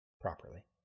properly